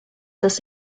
das